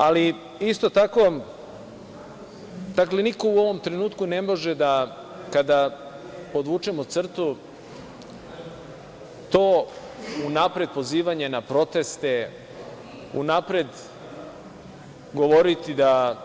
Ali, isto tako, niko u ovom trenutku ne može da, kada podvučemo crtu to unapred pozivanje na proteste, unapred govoriti da